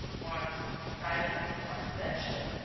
marked private and confidential,